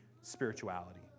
spirituality